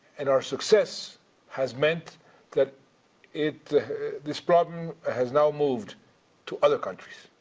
and our success has meant that it this problem has now moved to other countries.